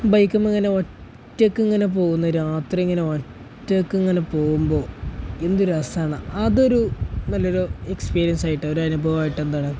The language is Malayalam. ബൈക്കിന്മേൽ ഇങ്ങനെ ഒറ്റയ്ക്ക് ഇങ്ങനെ പോകുന്ന രാത്രി ഇങ്ങനെ ഒറ്റയ്ക്ക് ഇങ്ങനെ പോവുമ്പോൾ എന്തു രസമാണ് അതൊരു നല്ലൊരു എക്സ്പീരിയൻസായിട്ട് ഒരു അനുഭവമായിട്ട് എന്താണ്